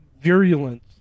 virulent